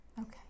Okay